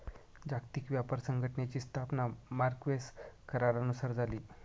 जागतिक व्यापार संघटनेची स्थापना मार्क्वेस करारानुसार झाली